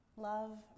Love